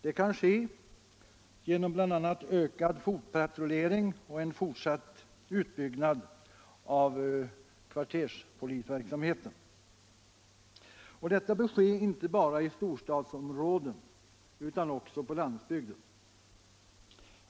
Det kan ske genom bl.a. ökad fotpatrullering och en fortsatt utbyggnad av kvarterspolisverksamheten. Detta bör gälla inte bara storstadsområden utan också landsbygden.